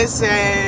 say